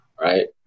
right